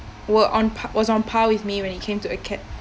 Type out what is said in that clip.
were on pa~ was on par with me when it came to acad~